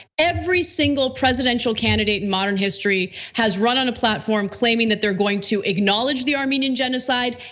every single presidential candidate in modern history, has run on a platform claiming that they're going to acknowledge the armenian genocide.